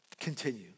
Continue